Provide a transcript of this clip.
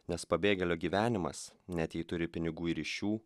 nes pabėgėlio gyvenimas ne jei turi pinigų ir ryšių